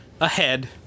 ahead